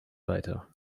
weiter